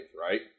right